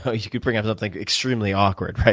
ah you can bring out something extremely awkward, right?